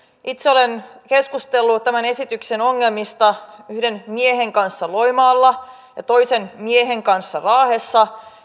itse olen keskustellut tämän esityksen ongelmista yhden miehen kanssa loimaalla ja toisen miehen kanssa raahessa